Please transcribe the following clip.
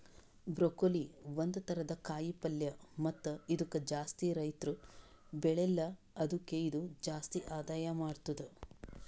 broccoli ಒಂದ್ ಥರದ ಕಾಯಿ ಪಲ್ಯ ಮತ್ತ ಇದುಕ್ ಜಾಸ್ತಿ ರೈತುರ್ ಬೆಳೆಲ್ಲಾ ಆದುಕೆ ಇದು ಜಾಸ್ತಿ ಆದಾಯ ಮಾಡತ್ತುದ